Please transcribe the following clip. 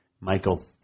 Michael